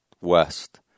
west